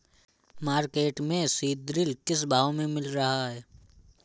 Market में सीद्रिल किस भाव में मिल रहा है?